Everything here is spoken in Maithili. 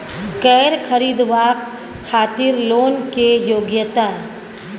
कैर खरीदवाक खातिर लोन के योग्यता?